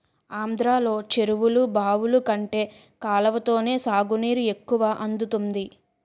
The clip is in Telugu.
ఆంధ్రలో చెరువులు, బావులు కంటే కాలవతోనే సాగునీరు ఎక్కువ అందుతుంది